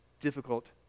difficult